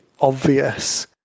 obvious